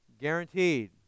Guaranteed